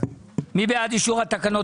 מי בעד אישור התקנות?